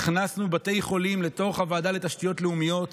הכנסנו בתי חולים לוועדה לתשתיות לאומיות.